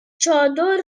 چادر